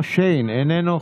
איננו,